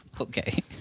Okay